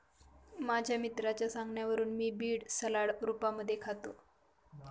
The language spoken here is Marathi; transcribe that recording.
माझ्या मित्राच्या सांगण्यावरून मी बीड सलाड रूपामध्ये खातो